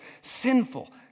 sinful